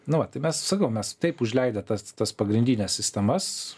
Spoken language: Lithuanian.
nu vat tai mes sakau mes taip užleidę tas tas pagrindines sistemas